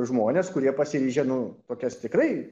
žmones kurie pasiryžę nu tokias tikrai